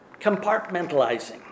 Compartmentalizing